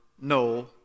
no